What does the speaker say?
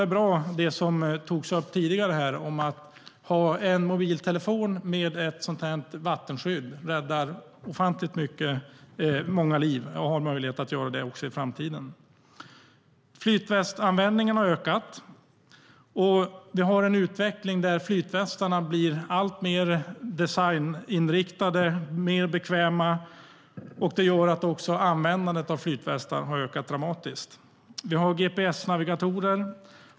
Det har varit bra att ha en mobiltelefon med vattenskydd, som togs upp tidigare. Det räddar ofantligt många liv och har möjlighet att göra det också i framtiden. Flytvästanvändningen har ökat. Det gör att användningen av flytvästar har ökat dramatiskt.